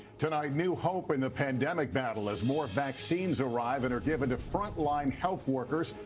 tonight new hope in the pandemic battle as more vaccines arrive and are given to frontline health workers.